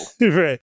Right